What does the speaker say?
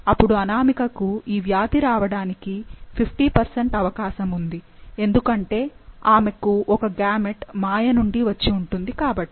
అప్పుడు అనామికకు ఈ వ్యాధి రావడానికి 50 అవకాశం ఉంది ఎందుకంటే ఆమెకు ఒక గామెట్ మాయ నుండి వచ్చి ఉంటుంది కాబట్టి